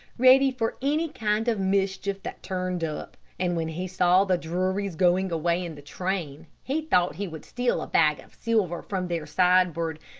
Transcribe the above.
ready for any kind of mischief that turned up, and when he saw the drurys going away in the train, he thought he would steal a bag of silver from their sideboard,